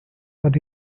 but